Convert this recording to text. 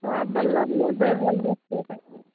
साफ बल्ब नहि बरि रहल छै एकोटा नहि